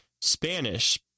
Spanish